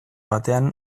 batean